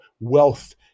wealth